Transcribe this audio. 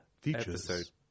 Features